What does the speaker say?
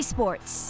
Sports